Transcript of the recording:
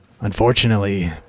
unfortunately